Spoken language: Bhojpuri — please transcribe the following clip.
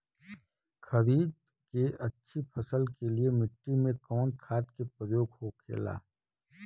खरीद के अच्छी फसल के लिए मिट्टी में कवन खाद के प्रयोग होखेला?